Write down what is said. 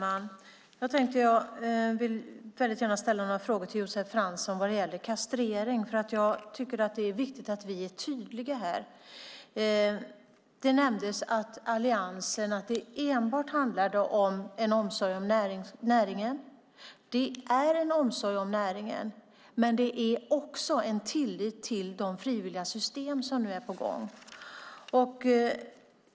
Herr talman! Jag vill gärna ställa några frågor till Josef Fransson vad gäller kastrering, för jag tycker att det är viktigt att vi är tydliga här. Det nämndes att det för Alliansen enbart handlade om en omsorg om näringen. Det är en omsorg om näringen, men det är också en tillit till de frivilliga system som nu är på gång.